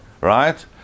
right